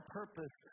purpose